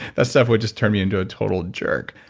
ah stuff would just turn me into a total jerk.